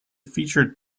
featured